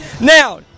Now